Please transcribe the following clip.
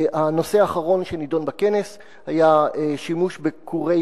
אחר כך נדון בכנס נושא השימוש בכורי